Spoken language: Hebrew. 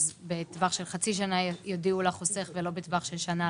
בטווח של חצי שנה יודיעו לחוסך ולא בטווח של שנה?